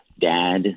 dad